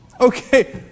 Okay